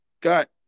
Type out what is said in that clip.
got